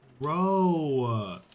Bro